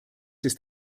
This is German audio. ist